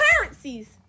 currencies